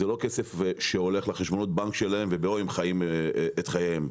זה לא כסף שהולך לחשבונות בנק שלהם ובו הם חיים את חייהם.